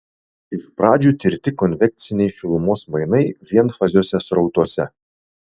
iš pradžių tirti konvekciniai šilumos mainai vienfaziuose srautuose